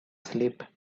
sleep